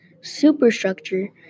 superstructure